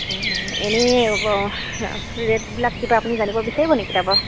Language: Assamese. এনেই ৰেটবিলাক কিবা আপুনি জানিব বিচাৰিব নেকি কিতাপৰ